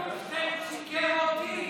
שיקר אותי.